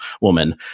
woman